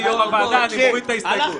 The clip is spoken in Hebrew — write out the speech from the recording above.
יושבת-ראש הוועדה אני מוריד את ההסתייגויות.